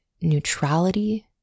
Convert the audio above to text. neutrality